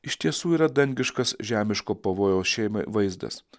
iš tiesų yra dangiškas žemiško pavojaus šeimai vaizdas